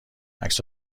عکس